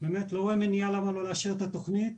לא רואה מניעה למה לא לאשר את התכנית.